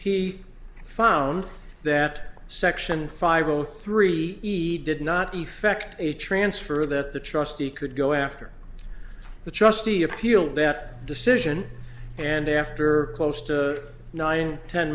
he found that section five zero three he did not effect a transfer that the trustee could go after the trustee appealed that decision and after close to nine ten